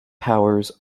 powers